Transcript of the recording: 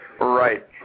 Right